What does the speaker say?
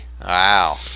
Wow